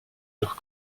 leurs